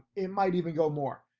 it might even go more,